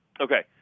okay